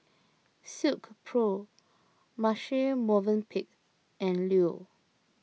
Silkpro Marche Movenpick and Leo